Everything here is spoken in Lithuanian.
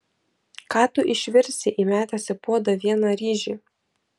ką tu išvirsi įmetęs į puodą vieną ryžį